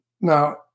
Now